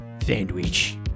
sandwich